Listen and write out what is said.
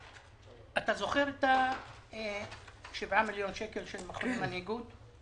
אתה זוכר את 7 מיליון השקלים של "בוחרים מנהיגות"?